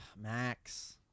Max